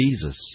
Jesus